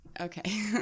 Okay